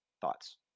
Thoughts